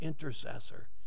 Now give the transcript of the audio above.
intercessor